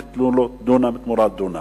ייתנו לו דונם תמורת דונם.